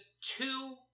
two